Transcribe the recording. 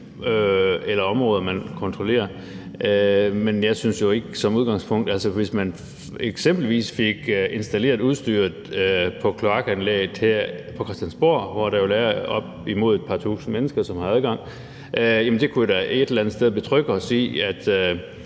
eller områder, man kontrollerer. Men hvis man eksempelvis fik installeret udstyret på kloakanlæg på Christiansborg, hvor der vel er op imod et par tusinde mennesker, som har adgang, kunne det da et eller andet sted gøre os